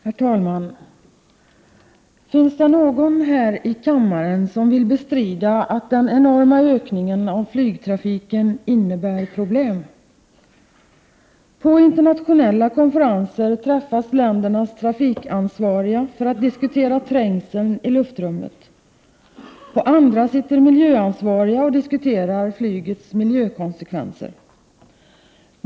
Herr talman! Jag undrar om det finns någon här i kammaren som vill bestrida att den enorma ökningen av flygtrafiken innebär problem. På internationella konferenser träffas ländernas trafikansvariga för att diskutera trängseln i luftrummet. På andra konferenser sitter miljöansvariga och diskuterar flygets miljökonsekvenser.